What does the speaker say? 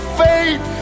faith